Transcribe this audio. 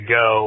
go